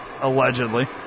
allegedly